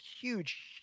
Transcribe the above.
huge